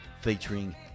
featuring